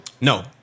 No